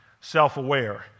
self-aware